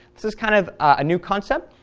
this is kind of a new concept,